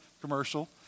commercial